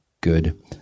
good